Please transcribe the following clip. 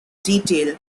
detail